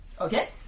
Okay